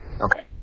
Okay